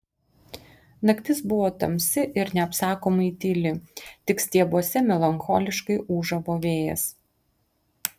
naktis buvo tamsi ir neapsakomai tyli tik stiebuose melancholiškai ūžavo vėjas